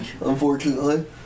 unfortunately